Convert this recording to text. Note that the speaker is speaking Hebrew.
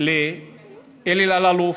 לאלי אלאלוף,